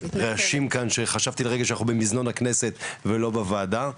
רעשים כאן שחשבתי לרגע שאנחנו במזנון הכנסת ולא בוועדה,